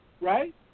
right